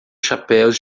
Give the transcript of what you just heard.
chapéus